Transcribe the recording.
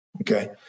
okay